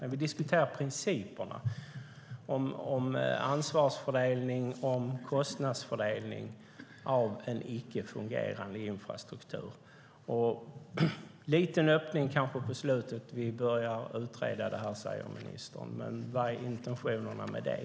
Men vi diskuterar principerna om ansvarsfördelning och kostnadsfördelning av en icke fungerande infrastruktur. Det kanske finns en liten öppning på slutet, där ministern säger att man börjar utreda det här. Men vad är intentionerna med det?